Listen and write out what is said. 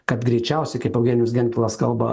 kad greičiausiai kaip eugenijus gentvilas kalba